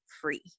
free